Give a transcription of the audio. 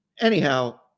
Anyhow